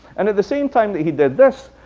and at the same time that he did this,